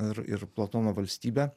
ir ir platono valstybę